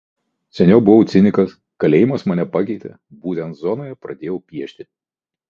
seniau buvau cinikas kalėjimas mane pakeitė būtent zonoje pradėjau piešti